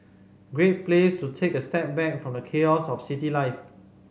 great place to take a step back from the chaos of city life